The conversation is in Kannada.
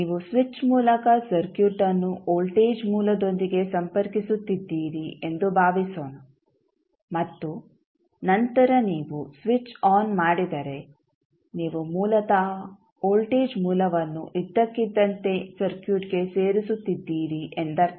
ನೀವು ಸ್ವಿಚ್ ಮೂಲಕ ಸರ್ಕ್ಯೂಟ್ಅನ್ನು ವೋಲ್ಟೇಜ್ ಮೂಲದೊಂದಿಗೆ ಸಂಪರ್ಕಿಸುತ್ತಿದ್ದೀರಿ ಎಂದು ಭಾವಿಸೋಣ ಮತ್ತು ನಂತರ ನೀವು ಸ್ವಿಚ್ ಆನ್ ಮಾಡಿದರೆ ನೀವು ಮೂಲತಃ ವೋಲ್ಟೇಜ್ ಮೂಲವನ್ನು ಇದ್ದಕ್ಕಿದ್ದಂತೆ ಸರ್ಕ್ಯೂಟ್ ಗೆ ಸೇರಿಸುತ್ತಿದ್ದೀರಿ ಎಂದರ್ಥ